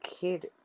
kid